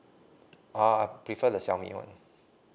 uh prefer the Xiaomi [one]